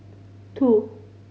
two